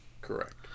Correct